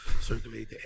circulate